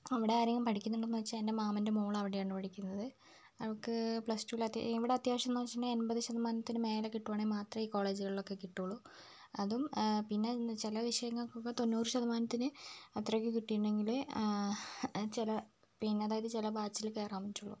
അവിടെ ആരെങ്കിലും പഠിക്കുന്നുണ്ടോ എന്ന് വെച്ചാൽ എൻ്റെ മാമൻ്റെ മോൾ അവിടെയാണ് പഠിക്കുന്നത് അവൾക്ക് പ്ലസ് ടുവിൽ അത്യാ ഇവിടെ അത്യാവശ്യം എന്ന് വെച്ചിട്ടുണ്ടെങ്കിൽ എൺപത് ശതമാനത്തിന് മേലെ കിട്ടുവാണെങ്കിൽ മാത്രമേ ഈ കോളേജുകളിലൊക്കെ കിട്ടുള്ളൂ അതും പിന്നെ ചില വിഷയങ്ങൾക്കൊക്കെ തൊണ്ണൂറ് ശതമാനത്തിന് അത്രയ്ക്ക് കിട്ടിയിട്ടുണ്ടെങ്കിലേ ചില പിന്നെ അതായത് ചില ബാച്ചിൽ കയറാൻ പറ്റുള്ളൂ